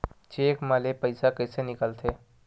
Cheque म ले पईसा कइसे निकलथे?